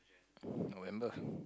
November